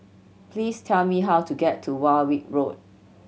please tell me how to get to Warwick Road